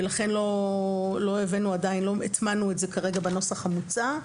ולכן לא הטמענו את זה כרגע בנוסח המוצע.